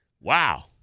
wow